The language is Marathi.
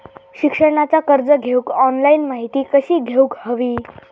शिक्षणाचा कर्ज घेऊक ऑनलाइन माहिती कशी घेऊक हवी?